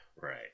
Right